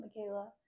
Michaela